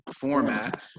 format